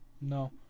No